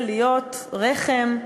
להיות רחם,